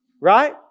Right